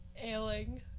ailing